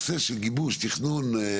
הנושא של גיבוש תכנון,